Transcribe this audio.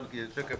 פה